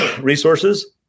resources